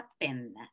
happen